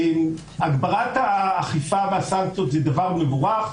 הגברת האכיפה והסנקציות זה דבר מבורך,